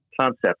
concept